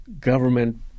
Government